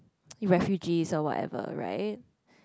refugees or whatever right